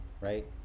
Right